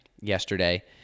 yesterday